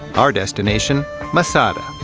our destination masada,